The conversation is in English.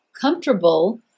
comfortable